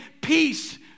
peace